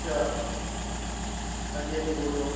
अच्छा अंजी अंजी बोल्लो